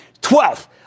Twelfth